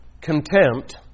contempt